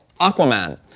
Aquaman